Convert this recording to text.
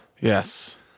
Yes